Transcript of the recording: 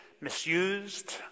misused